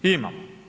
Ima.